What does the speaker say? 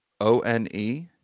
o-n-e